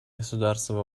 государства